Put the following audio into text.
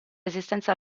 resistenza